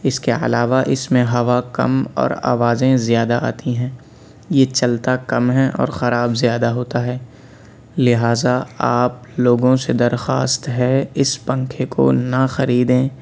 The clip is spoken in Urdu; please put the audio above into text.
اِس كے علاوہ اِس ميں ہوا كم اور آوازيں زیادہ آتی ہیں یہ چلتا کم ہے اور خراب زيادہ ہوتا ہے لہٰذا آپ لوگوں سے درخواست ہے اس پنکھے کو نہ خریدیں